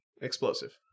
explosive